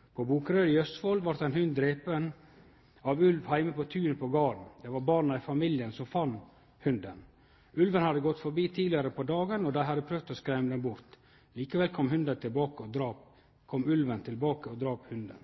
på hund. På Bokerød i Østfold vart ein hund drepen av ulv heime på tunet på garden. Det var barna i familien som fann hunden. Ulven hadde gått forbi tidlegare på dagen, og dei hadde prøvd å skremme han bort. Likevel kom ulven tilbake og drap hunden.